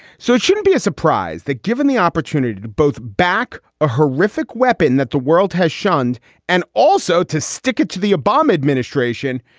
so it shouldn't be a surprise that given the opportunity to both back a horrific weapon that the world has shunned and also to stick it to the obama administration,